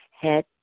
head